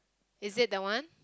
is it that one